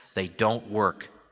they don't work.